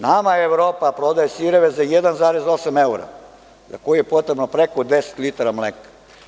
Nama Evropa prodaje sireve za 1,8 evra, za koji je potrebno preko 10 litara mleka.